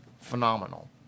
phenomenal